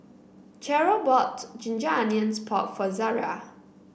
Cherrelle bought Ginger Onions Pork for Zaria